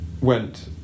went